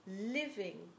living